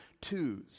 twos